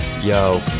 Yo